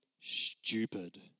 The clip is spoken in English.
stupid